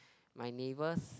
my neighbours